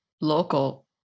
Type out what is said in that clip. local